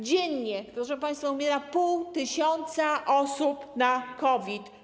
Dziennie, proszę państwa, umiera pół tysiąca osób na COVID.